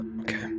okay